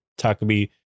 Takumi